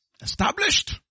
established